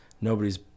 nobody's